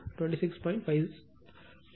944 angle 26